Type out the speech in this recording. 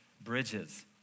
bridges